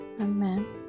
Amen